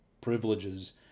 privileges